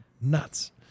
nuts